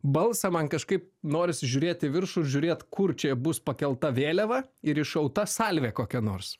balsą man kažkaip norisi žiūrėti į viršų ir žiūrėt kur čia bus pakelta vėliava ir iššauta salvė kokia nors